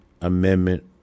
Amendment